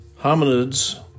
Hominids